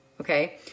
okay